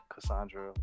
Cassandra